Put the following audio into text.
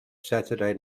saturday